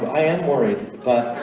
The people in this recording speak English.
ah and worried but.